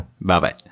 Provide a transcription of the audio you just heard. Bye-bye